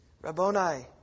Rabboni